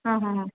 ಹಾಂ ಹಾಂ ಹಾಂ